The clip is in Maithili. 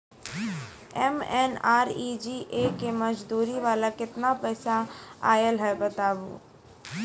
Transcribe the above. एम.एन.आर.ई.जी.ए के मज़दूरी वाला केतना पैसा आयल छै बताबू?